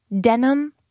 Denim